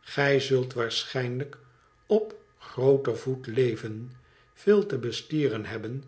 gij zult waarschijnlijk op grooter voet leven veel te bestieren hebben